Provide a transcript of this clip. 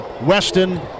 Weston